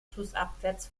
flussabwärts